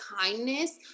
kindness